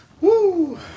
Woo